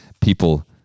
people